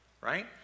Right